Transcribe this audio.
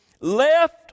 left